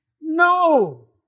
No